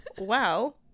Wow